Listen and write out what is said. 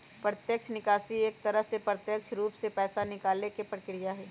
प्रत्यक्ष निकासी एक तरह से प्रत्यक्ष रूप से पैसा निकाले के प्रक्रिया हई